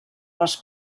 les